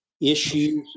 issues